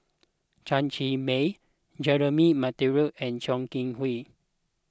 Chen Cheng Mei Jeremy Monteiro and Chong Kee Hiong